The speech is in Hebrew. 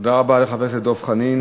תודה רבה לחבר הכנסת דב חנין.